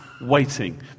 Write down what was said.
waiting